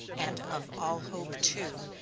and of all hope too,